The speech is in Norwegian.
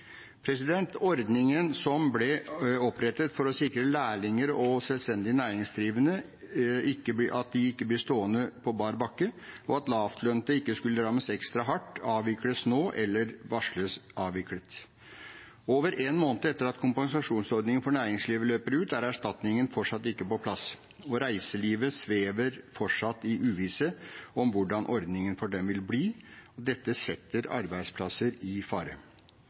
Ordningen som ble opprettet for å sikre at lærlinger og selvstendig næringsdrivende ikke blir stående på bar bakke, og at lavtlønte ikke skulle rammes ekstra hardt, avvikles nå eller varsles avviklet. Over en måned etter at kompensasjonsordningen for næringslivet løper ut, er erstatningen fortsatt ikke på plass, og reiselivet svever fortsatt i uvisse om hvordan ordningen for dem vil bli. Dette setter arbeidsplasser i fare.